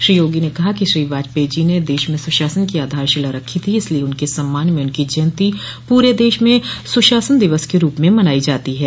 श्री योगी ने कहा कि श्री बाजपेयी जी ने देश मे सुशासन की आधारशिला रखी थी इसलिये उनके सम्मान में उनकी जयन्ती पूरे देश में सुशासन दिवस के रूप में मनायी जाती है